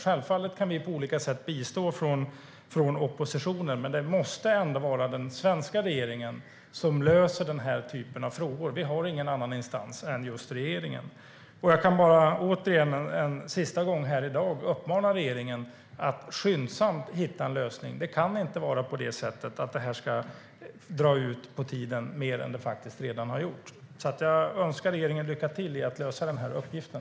Självfallet kan vi från oppositionen bistå på olika sätt, men det måste ändå vara den svenska regeringen som löser den här typen av frågor. Vi har ingen annan instans än just regeringen. Jag kan bara återigen en sista gång här i dag uppmana regeringen att skyndsamt hitta en lösning. Det kan inte vara på det sättet att det här ska dra ut på tiden mer än det redan har gjort. Jag önskar regeringen lycka till i att lösa den här uppgiften.